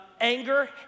anger